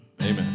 Amen